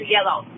Yellow